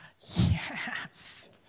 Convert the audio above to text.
Yes